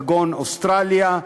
אוסטרליה,